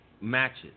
matches